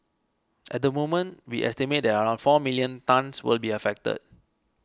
at the moment we estimate that around four million tonnes will be affected